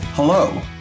Hello